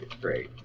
great